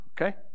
okay